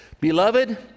Beloved